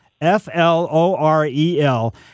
F-L-O-R-E-L